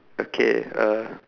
okay uh